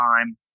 time